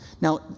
Now